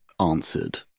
answered